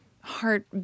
heart